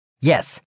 Yes